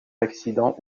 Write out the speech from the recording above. l’accident